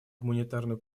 гуманитарную